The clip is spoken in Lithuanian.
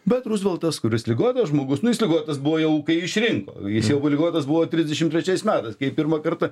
bet ruzveltas kuris ligotas žmogus nu jis ligotas buvo jau kai išrinko jis jau ligotas buvo trisdešimt trečiais metais kai pirmą kartą